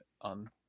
on